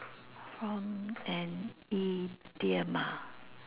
from an idiom ah